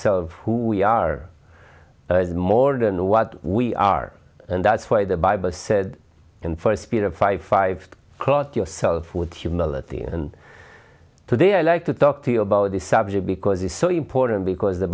so of who we are is more than what we are and that's why the bible said and for speed of fifty five caught yourself with humility and today i like to talk to you about this subject because it's so important because the